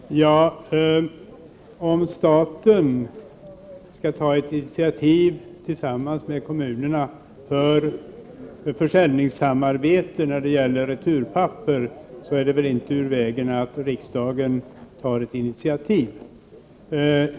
Herr talman! Om staten skall ta ett initiativ tillsammans med kommunerna för försäljningssamarbete när det gäller returpapper, vore det väl inte ur vägen att riksdagen uttalade sig för detta.